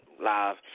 live